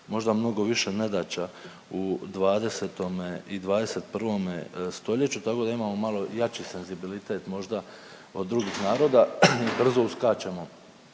možda mnogo više nedaća u 20. i 21. stoljeću tako da imamo malo jači senzibilitet možda od drugih naroda, brzo uskačemo